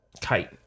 Kite